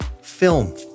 film